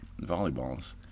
volleyballs